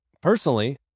Personally